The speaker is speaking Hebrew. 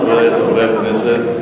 חברי חברי הכנסת,